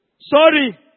Sorry